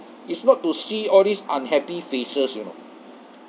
is not to see all these unhappy faces you know